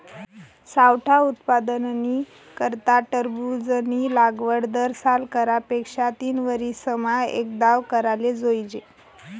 सावठा उत्पादननी करता टरबूजनी लागवड दरसाल करा पेक्षा तीनवरीसमा एकदाव कराले जोइजे